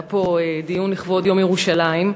היה פה דיון לכבוד יום ירושלים,